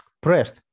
pressed